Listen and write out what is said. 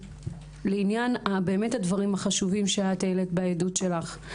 באמת לעניין הדברים החשובים שאת העלית בעדות שלך,